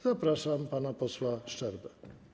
Zapraszam pana posła Szczerbę.